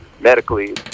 medically